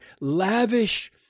Lavish